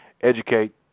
educate